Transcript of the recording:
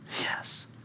yes